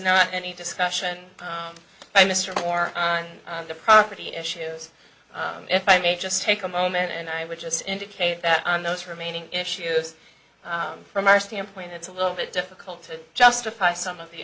not any discussion by mr more time on the property issues if i may just take a moment and i would just indicate that on those remaining issues from our standpoint it's a little bit difficult to justify some of the